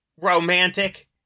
romantic